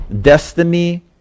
Destiny